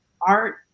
art